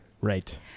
right